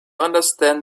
understand